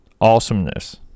awesomeness